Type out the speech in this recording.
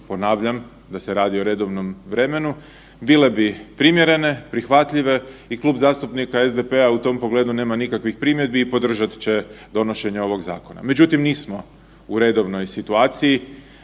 ponavljam da se radi o redovnom vremenu bile bi primjerene, prihvatljive i Klub zastupnika SDP-a u tom pogledu nema nikakvih primjedbi i podržat će donošenje ovog zakona. Međutim, nismo u redovnoj situaciji,